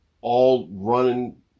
all-running